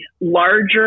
larger